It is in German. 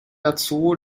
dazu